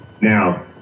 Now